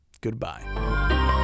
goodbye